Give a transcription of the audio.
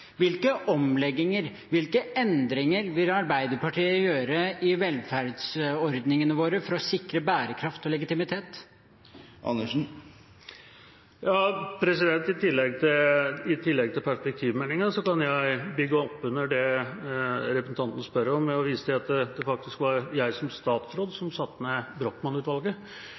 Hvilke omlegginger, hvilke endringer, vil Arbeiderpartiet gjøre i velferdsordningene våre for å sikre bærekraft og legitimitet? I tillegg til perspektivmeldinga kan jeg bygge opp under det representanten spør om ved å vise til at det faktisk var jeg som statsråd som satte ned